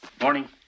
morning